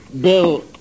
Bill